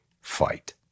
fight